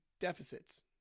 deficits